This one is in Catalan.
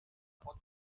pot